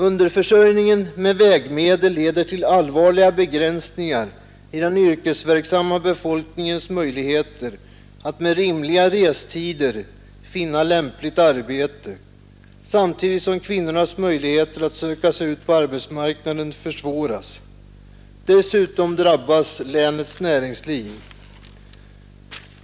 Underförsörjningen med vägmedel leder till allvarliga begränsningar i den yrkesverksamma befolkningens möjligheter att med rimliga restider finna lämpligt arbete, samtidigt som kvinnornas möjligheter att söka sig ut på arbetsmarknaden försvåras. Dessutom drabbas länets näringsliv.